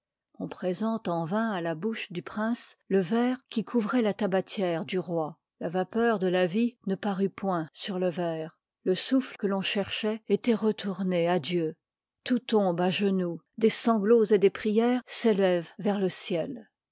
on présente en vain à là bouche du prince le verre qiii couvroit la tabatière dd roi la vapeur de lalvie ne parut point sur le verre le souffle que l'on cher choit etoit retourdéjà dieu toutr tombe à genoux des sanglots et jes prières s élèventr vers le ciel